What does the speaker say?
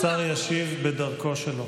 חברת הכנסת גוטליב, השר ישיב בדרכו שלו.